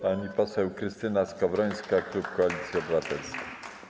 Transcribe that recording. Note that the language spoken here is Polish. Pani poseł Krystyna Skowrońska, klub Koalicja Obywatelska.